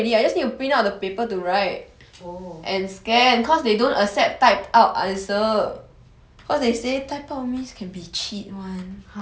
oh is it oh